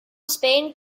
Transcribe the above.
spain